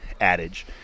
adage